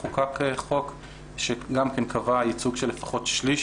חוקק חוק שגם כן קבע ייצוג של לפחות שליש